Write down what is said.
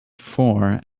four